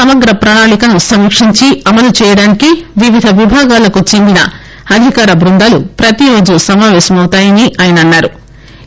సమగ్ర ప్రణాళికను సమీక్షించి అమలు చేయడానికి వివిధ విభాగాలకు చెందిన అధికార బృందాలు ప్రతిరోజూ సమాపేశమవుతాయని ఆయన అన్నారు